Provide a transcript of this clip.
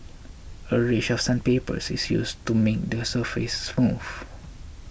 a range of sandpapers is used to make the surface smooth